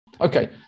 Okay